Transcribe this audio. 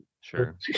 sure